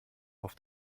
auf